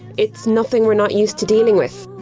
it's nothing we're not used to dealing with.